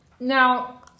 Now